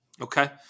Okay